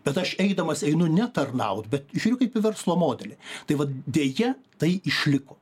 bet aš eidamas einu ne tarnaut bet žiūriu kaip į verslo modelį tai vat deja tai išliko